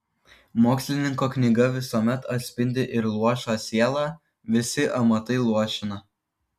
mokslininko knyga visuomet atspindi ir luošą sielą visi amatai luošina